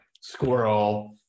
squirrel